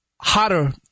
hotter